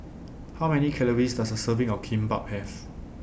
How Many Calories Does A Serving of Kimbap Have